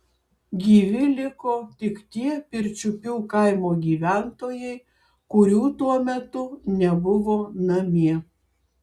gyvi liko tik tie pirčiupių kaimo gyventojai kurių tuo metu nebuvo namie